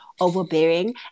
overbearing